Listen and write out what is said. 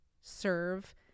serve